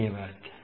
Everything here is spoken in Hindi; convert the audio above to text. धन्यवाद